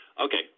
Okay